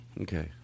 Okay